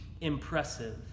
impressive